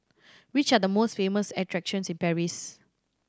which are the famous attractions in Paris